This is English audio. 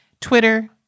Twitter